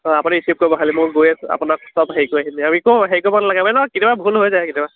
অঁ আপুনি ৰিচিভ কৰিব খালি মই গৈ আপোনাক চব হেৰি কৰি আহিম একো হেৰি কৰিব নালাগে এনেকুৱা কেতিয়াবা ভুল হৈ যায় কেতিয়াবা